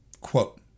Quote